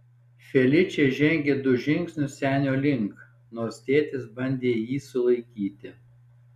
feličė žengė du žingsnius senio link nors tėtis bandė jį sulaikyti